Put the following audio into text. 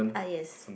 uh yes